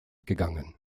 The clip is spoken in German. gegangen